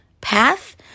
path